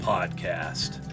Podcast